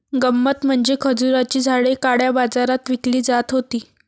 गंमत म्हणजे खजुराची झाडे काळ्या बाजारात विकली जात होती